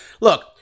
Look